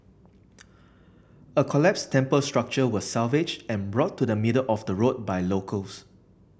a collapsed temple structure was salvaged and brought to the middle of the road by locals